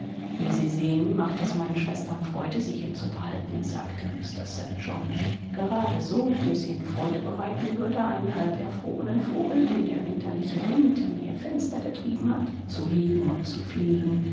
wie sie sehen macht es meinen schwestern freude sie hier zu behalten sagte mr st john gerade so wie es ihnen freude bereiten würde einen halberfrorenen vogel den der winterliche wind in ihr fenster getrieben hat zu hegen und zu pflegen